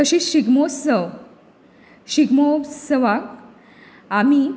तशीच शिगमोत्सव शिगमोत्सवाक आमी